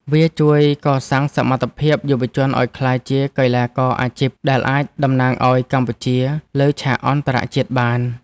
វាជួយកសាងសមត្ថភាពយុវជនឱ្យក្លាយជាកីឡាករអាជីព ដែលអាចតំណាងឱ្យកម្ពុជាលើឆាកអន្តរជាតិបាន។